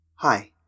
Hi